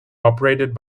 operated